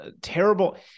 terrible